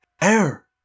Air